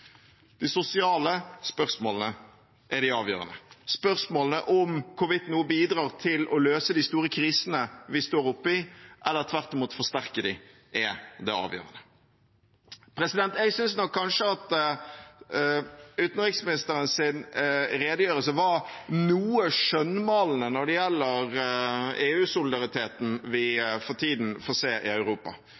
De sosiale spørsmålene er de avgjørende. Spørsmålene om hvorvidt noe bidrar til å løse de store krisene vi står oppe i, eller tvert imot forsterker dem, er det avgjørende. Jeg synes nok utenriksministerens redegjørelse var noe skjønnmalende når det gjelder EU-solidariteten vi for tiden ser i Europa.